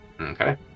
Okay